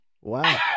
Wow